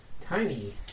Tiny